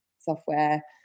software